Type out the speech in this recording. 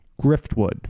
Griftwood